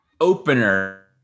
opener